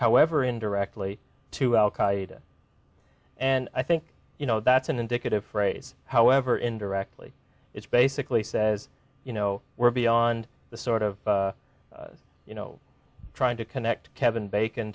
however indirectly to al qaida and i think you know that's an indicative phrase however indirectly it's basically says you know we're beyond the sort of you know trying to connect kevin bacon